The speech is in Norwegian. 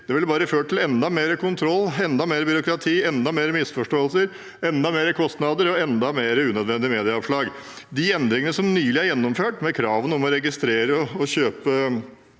Det ville bare ført til enda mer kontroll, enda mer byråkrati, enda flere misforståelser, enda flere kostnader og enda flere unødvendige medieoppslag. De endringer som nylig er gjennomført når det gjelder kravene om å registrere kjøp